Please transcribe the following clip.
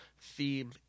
theme